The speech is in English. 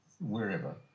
wherever